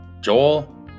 joel